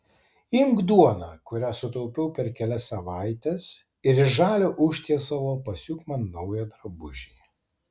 imk duoną kurią sutaupiau per kelias savaites ir iš žalio užtiesalo pasiūk man naują drabužį